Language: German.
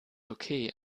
okay